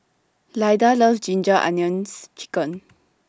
Lyda loves Ginger Onions Chicken